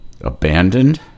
abandoned